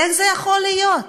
איך זה יכול להיות?